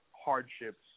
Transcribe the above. Hardships